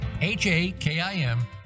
h-a-k-i-m